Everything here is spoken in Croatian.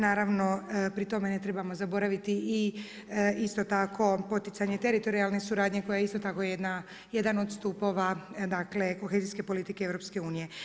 Naravno pri tome ne trebamo zaboraviti i isto tako poticanje teritorijalne suradnje koja je isto tako jedan od stupova, dakle kohezijske politike EU.